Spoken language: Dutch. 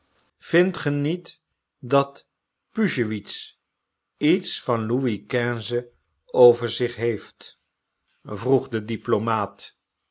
vindt ge niet dat puschewitz iets van louis quinze over zich heeft vroeg de diplomaat